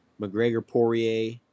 McGregor-Poirier